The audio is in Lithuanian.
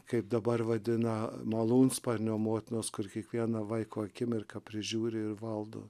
kaip dabar vadina malūnsparnio motinos kur kiekvieną vaiko akimirką prižiūri ir valdo